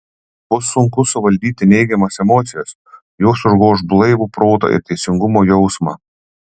bus sunku suvaldyti neigiamas emocijas jos užgoš blaivų protą ir teisingumo jausmą